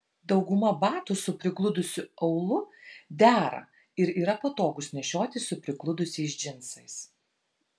dauguma batų su prigludusiu aulu dera ir yra patogūs nešioti su prigludusiais džinsais